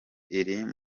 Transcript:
filime